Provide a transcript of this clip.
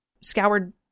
scoured